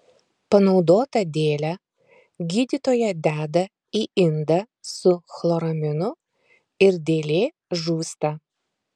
panaudotą dėlę gydytoja deda į indą su chloraminu ir dėlė žūsta